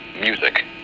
music